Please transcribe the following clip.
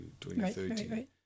2013